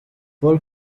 paul